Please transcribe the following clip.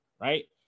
right